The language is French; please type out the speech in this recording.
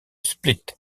split